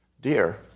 Dear